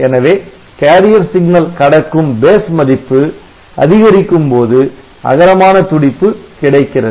எனவே Carrier signal கடக்கும் Base மதிப்பு ஒப்பிடும் மதிப்பு அதிகரிக்கும்போது அகலமான துடிப்பு கிடைக்கிறது